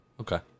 Okay